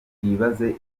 twibaze